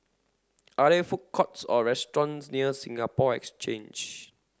are there food courts or restaurants near Singapore Exchange